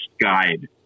guide